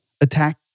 attack